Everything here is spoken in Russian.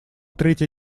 третья